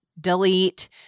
delete